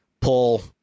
pull